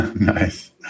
Nice